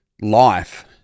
life